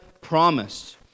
promised